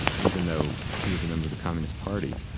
even though he was a member of the communist party